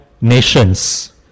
nations